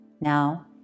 Now